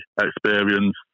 experience